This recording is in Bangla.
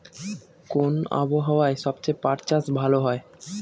কোন আবহাওয়ায় সবচেয়ে পাট চাষ ভালো হয়?